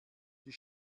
die